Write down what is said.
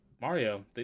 Mario